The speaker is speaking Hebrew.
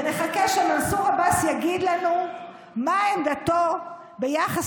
ונחכה שמנסור עבאס יגיד לנו מה עמדתו ביחס